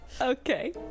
Okay